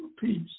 peace